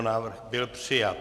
Návrh byl přijat.